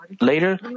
later